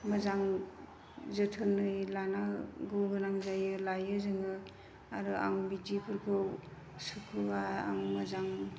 मोजाङै जोथोनै लानांगौ गोनां जायो लायो जोङो आरो आं बिदिफोरखौ सुखुवा आं मोजां